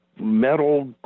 metal